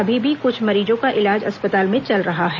अभी भी कुछ मरीजों का इलाज अस्पताल में चल रहा है